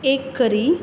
egg curry